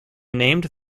named